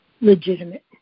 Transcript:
legitimate